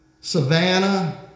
Savannah